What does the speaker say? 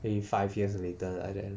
maybe five years later like that ah